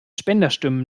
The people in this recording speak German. spenderstimmen